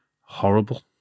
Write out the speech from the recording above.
horrible